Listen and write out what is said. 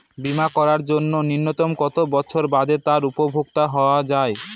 বীমা করার জন্য ন্যুনতম কত বছর বাদে তার উপভোক্তা হওয়া য়ায়?